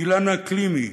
אילנה קלימי,